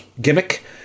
gimmick